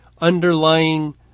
underlying